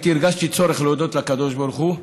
הרגשתי צורך להודות לקדוש-ברוך-הוא,